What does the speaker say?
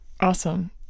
Awesome